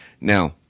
Now